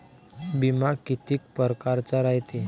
बिमा कितीक परकारचा रायते?